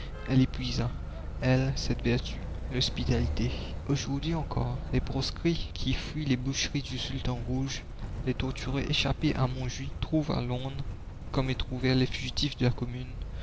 y puisa elle cette vertu l'hospitalité aujourd'hui encore les proscrits qui fuient les boucheries du sultan rouge les torturés échappés à montjuich trouvent à londres comme y trouvèrent les fugitifs de la commune